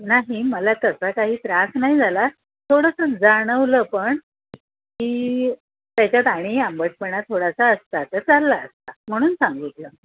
नाही मला तसा काही त्रास नाही झाला थोडंसं जाणवलं पण की त्याच्यात आणि आंबटपणा थोडासा असता तर चालला असता म्हणून सांगितलं